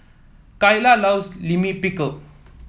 Cayla loves Lime Pickle